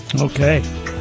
Okay